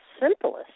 simplest